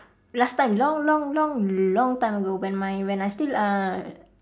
last time long long long long time ago when my when I still uh